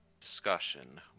discussion